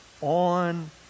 on